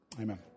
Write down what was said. Amen